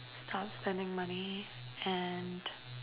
stop spending money and